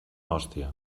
hòstia